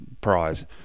prize